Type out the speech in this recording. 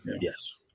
yes